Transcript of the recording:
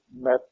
met